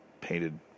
painted